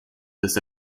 this